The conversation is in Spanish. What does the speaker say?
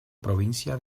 provincia